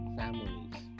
Families